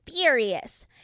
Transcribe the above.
furious